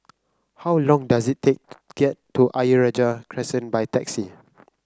how long does it take get to Ayer Rajah Crescent by taxi